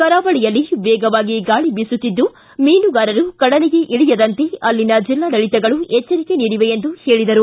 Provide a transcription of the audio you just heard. ಕರಾವಳಿಯಲ್ಲಿ ವೇಗವಾಗಿ ಗಾಳಿ ಬೀಸುತ್ತಿದ್ದು ಮೀನುಗಾರರು ಕಡಲಿಗೆ ಇಳಿಯದಂತೆ ಅಲ್ಲಿನ ಜಿಲ್ಲಾಡಳಿತಗಳು ಎಚ್ಚರಿಕೆ ನೀಡಿವೆ ಎಂದು ಹೇಳಿದರು